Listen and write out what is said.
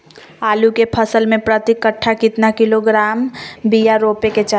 आलू के फसल में प्रति कट्ठा कितना किलोग्राम बिया रोपे के चाहि?